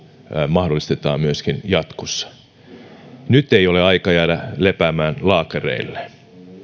mahdollistetaan myöskin jatkossa nyt ei ole aika jäädä lepäämään laakereille